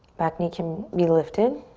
back knee can be lifted.